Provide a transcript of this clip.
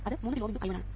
അത് 3 കിലോΩ ×I1 ആണ്